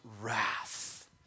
wrath